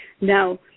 Now